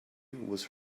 was